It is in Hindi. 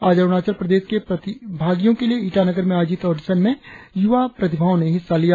आज अरुणाचल प्रदेश के प्रतिभागियो के लिए ईटानगर में आयोजित ऑडिशन में युवा प्रतिभाओ ने हिस्सा लिया